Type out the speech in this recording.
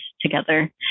together